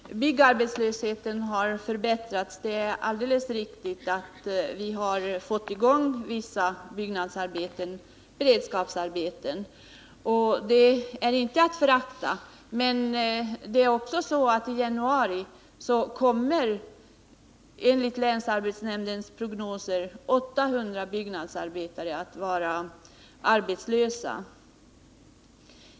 Herr talman! Situationen när det gäller byggarbetslösheten har förbättrats. Det är alldeles riktigt att vi har fått i gång vissa byggnadsarbeten i form av beredskapsarbeten, och det är inte att förakta. Men det är tyvärr också så att i januari kommer, enligt länsarbetsnämndens prognoser, 800 byggnadsarbetare att vara arbetslösa.